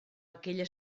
aquella